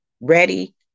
ready